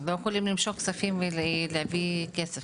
הם לא יכולים למשוך כספים ולהביא כסף,